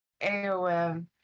AOM